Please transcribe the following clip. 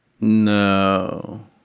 No